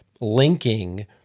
linking